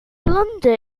blunder